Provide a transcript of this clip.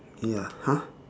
ya !huh!